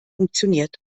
funktioniert